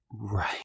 right